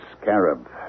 scarab